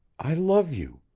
i love you.